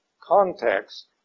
context